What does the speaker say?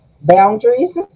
boundaries